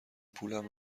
پولم